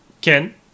Ken